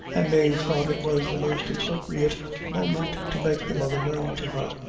and mave thought it was the most appropriate moment to make the mother known to her.